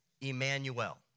Emmanuel